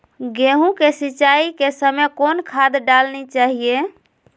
गेंहू के सिंचाई के समय कौन खाद डालनी चाइये?